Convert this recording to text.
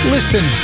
Listen